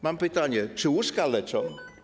Mam pytanie: Czy łóżka leczą?